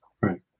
right